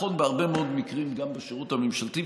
נכון בהרבה מאוד מקרים גם בשירות הממשלתי,